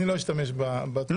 אני לא אשתמש ב --- לא,